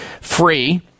free